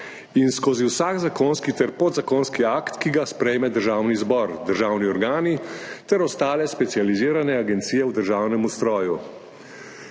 in skozi vsak zakonski ter podzakonski akt, ki ga sprejmejo Državni zbor, državni organi ter ostale specializirane agencije v državnem ustroju.